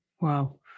Wow